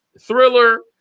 Thriller